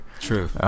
True